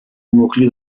nucli